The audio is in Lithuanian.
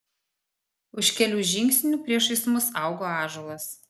už kelių žingsnių priešais mus augo ąžuolas